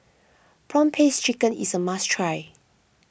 Prawn Paste Chicken is a must try